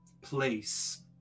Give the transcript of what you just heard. place